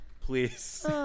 please